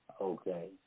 Okay